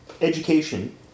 education